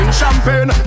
champagne